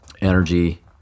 energy